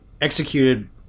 executed